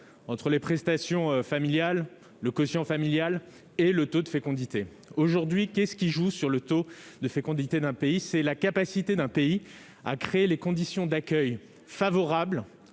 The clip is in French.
entre les prestations familiales, le quotient familial et le taux de fécondité. Quel facteur joue sur le taux de fécondité d'un pays ? C'est la capacité d'un pays à créer les conditions d'un accueil favorable